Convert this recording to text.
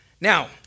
Now